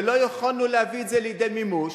ולא יכולנו להביא את זה לידי מימוש.